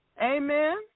Amen